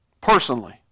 Personally